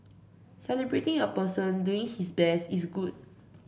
celebrating a person doing his best is good